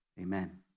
amen